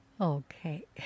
Okay